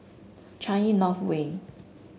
Changi North Way